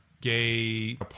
gay